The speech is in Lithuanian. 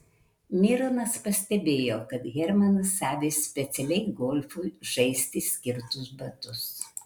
mironas pastebėjo kad hermanas avi specialiai golfui žaisti skirtus batus